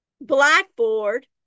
Blackboard